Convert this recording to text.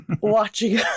watching